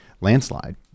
landslide